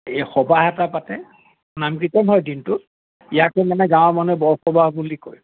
এই সবাহ এটা পাতে নাম কীৰ্তম হয় দিনটো ইয়াকে মানে গাঁৱৰ মানুহে বৰসবাহ বুলি কয়